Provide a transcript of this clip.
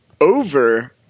over